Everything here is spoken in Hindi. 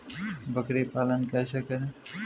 बकरी पालन कैसे करें?